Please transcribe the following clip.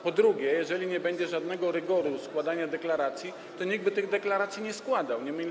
Po drugie, jeżeli nie będzie żadnego rygoru składania deklaracji, to nikt tych deklaracji nie będzie składał.